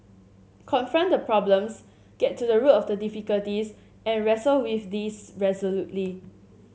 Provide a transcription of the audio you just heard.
confront the problems get to the root of the difficulties and wrestle with these resolutely